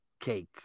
cake